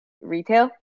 retail